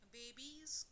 babies